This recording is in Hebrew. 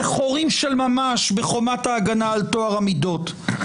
לחורים של ממש בחומת ההגנה על טוהר המידות.